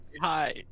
hi